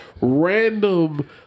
random